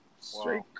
straight